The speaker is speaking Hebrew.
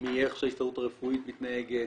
מאיך שההסתדרות הרפואית מתנהגת,